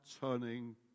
turning